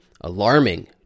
alarming